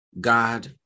God